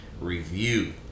review